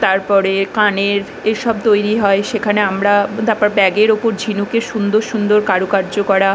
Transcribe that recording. তার পরে কানের এসব তৈরি হয় সেখানে আমরা তারপর ব্যাগের ওপর ঝিনুকের সুন্দর সুন্দর কারুকার্য করা